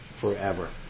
forever